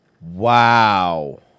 Wow